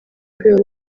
rwego